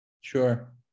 sure